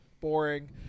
boring